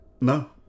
No